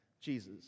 Jesus